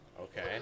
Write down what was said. Okay